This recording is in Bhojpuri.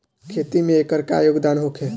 खेती में एकर का योगदान होखे?